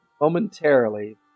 momentarily